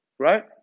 Right